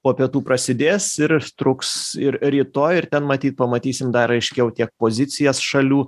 po pietų prasidės ir truks ir rytoj ir ten matyt pamatysim dar aiškiau tiek pozicijas šalių